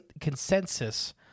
consensus